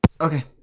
Okay